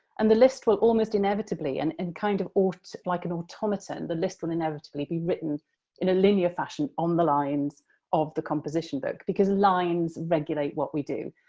and the list will almost inevitably and and kind of of like an automaton the list will inevitably be written in a linear fashion on the lines of the composition book, because lines regulate what we do.